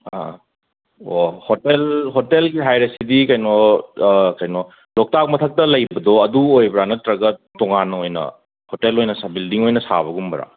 ꯑꯥ ꯑꯣ ꯍꯣꯇꯦꯜ ꯍꯣꯇꯦꯜꯒꯤ ꯍꯥꯏꯔꯁꯤꯗꯤ ꯀꯩꯅꯣ ꯀꯩꯅꯣ ꯂꯣꯛꯇꯥꯛ ꯃꯊꯛꯇ ꯂꯩꯕꯗꯣ ꯑꯗꯨ ꯑꯣꯏꯕ꯭ꯔꯥ ꯅꯠꯇ꯭ꯔꯒ ꯇꯣꯉꯥꯟꯅ ꯑꯣꯏꯅ ꯍꯣꯇꯦꯜ ꯑꯣꯏꯅ ꯕꯤꯜꯗꯤꯡ ꯑꯣꯏꯅ ꯁꯥꯕꯒꯨꯝꯕꯔꯥ